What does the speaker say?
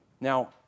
Now